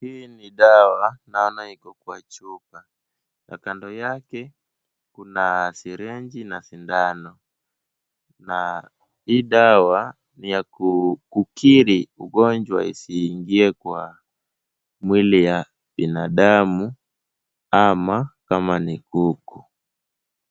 Hii ni dawa naona iko kwa chupa na kando yake kuna sirenji na sindano na hii dawa ni ya kukiri ugonjwa isiingie kwa mwili ya binadamu ama kama ni kuku.